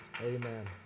Amen